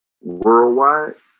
Worldwide